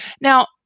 now